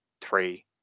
three